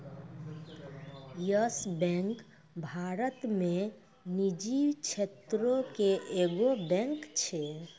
yes Bank Bharat मे निजी क्षेत्रो के एगो बैंक छै